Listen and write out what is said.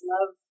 Love